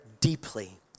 deeply